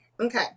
Okay